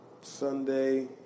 Sunday